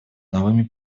новыми